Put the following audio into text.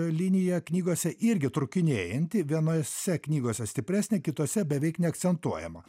linija knygose irgi trūkinėjanti vienose knygose stipresnė kitose beveik neakcentuojama